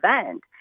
event